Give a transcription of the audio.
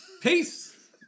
Peace